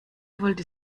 wollte